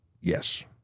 Yes